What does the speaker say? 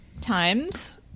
Times